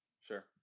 Sure